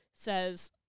says